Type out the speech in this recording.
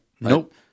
Nope